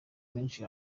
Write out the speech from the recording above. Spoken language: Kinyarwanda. menshi